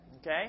Okay